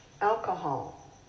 Alcohol